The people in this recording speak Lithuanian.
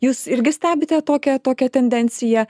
jūs irgi stebite tokią tokią tendenciją